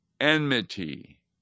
enmity